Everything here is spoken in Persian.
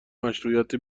مشروعیت